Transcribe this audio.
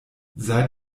seit